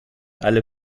alle